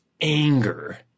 anger